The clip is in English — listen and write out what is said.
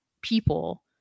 people